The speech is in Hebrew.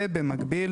ובמקביל